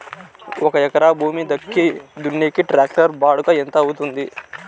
ఒక ఎకరా భూమి దుక్కి దున్నేకి టాక్టర్ బాడుగ ఎంత అవుతుంది?